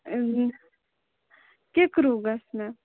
کِکرو گَژھِ مےٚ